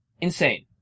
Insane